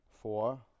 Four